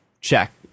check